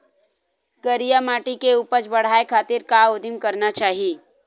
करिया माटी के उपज बढ़ाये खातिर का उदिम करना चाही?